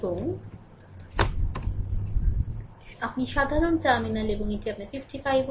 এবং এটি আপনার সাধারণ টার্মিনাল এবং এটি আপনার 55 Ω